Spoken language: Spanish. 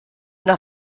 una